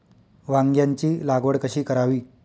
वांग्यांची लागवड कशी करावी?